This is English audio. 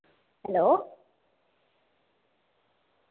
hello